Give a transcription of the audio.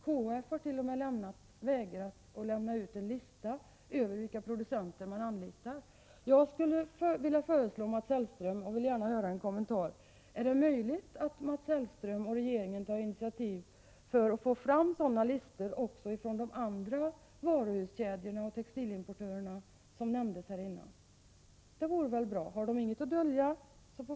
KF har t.o.m. vägrat att lämna ut en lista över vilka producenter som man anlitar. Jag vill föreslå — och skulle vilja få en kommentar till det — att Mats Hellström och regeringen om möjligt tar initiativ för att få fram listor också från de andra varuhuskedjor och textilimportörer som här har nämnts. Då får vi snart veta om de har något att dölja.